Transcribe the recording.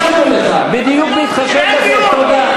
יש דיון שאישרנו לך, בדיוק בהתחשב בזה.